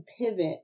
pivot